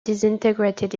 disintegrated